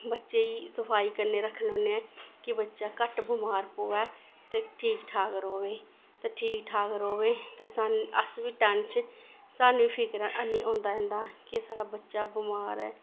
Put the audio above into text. बच्चे गी सफाई कन्नै रक्खने होन्ने आं कि बच्चा घट्ट बमार पवै ते ठीक ठाक रवै ते ठीक ठाक रवै ते सानूं अस बी टैंशन सानूं बी फिकर हैनी होंदा इं'दा कि साढ़ा बच्चा बमार ऐ